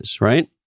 right